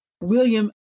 William